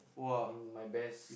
in my best